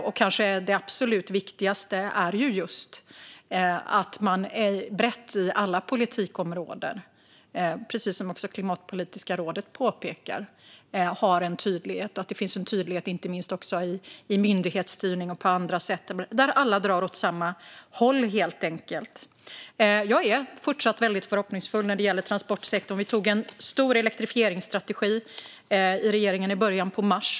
Det kanske absolut viktigaste är just det som även Klimatpolitiska rådet påpekar, nämligen att man har en bred tydlighet över alla politikområden. Det ska inte minst finnas en tydlighet i myndighetsstyrning och på andra sätt, så att alla helt enkelt drar åt samma håll. Jag är fortsatt väldigt förhoppningsfull när det gäller transportsektorn. Regeringen antog en stor elektrifieringsstrategi i början av mars.